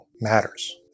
matters